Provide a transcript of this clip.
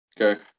Okay